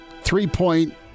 three-point